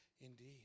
indeed